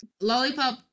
Lollipop